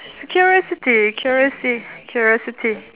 s~ curiosity curiosity curiosity